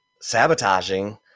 sabotaging